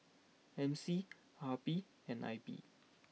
M C R P and I P